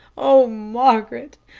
oh, margaret!